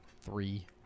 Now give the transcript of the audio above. Three